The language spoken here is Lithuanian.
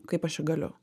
kaip aš čia galiu